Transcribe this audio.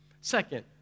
Second